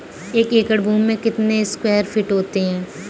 एक एकड़ भूमि में कितने स्क्वायर फिट होते हैं?